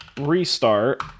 restart